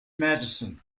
madison